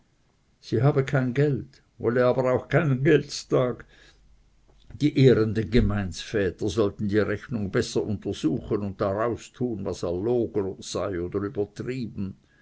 sie habe kein geld wolle aber auch keinen geldstag die ehrenden gemeindsväter sollen die rechnig besser untersuchen und daraus tun was erlogen sei oder übertrieben